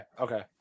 okay